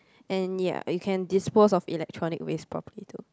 and ya you can dispose of electronic waste properly too